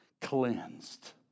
cleansed